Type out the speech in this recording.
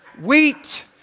wheat